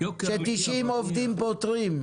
ש-90 עובדים פותרים,